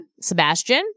Sebastian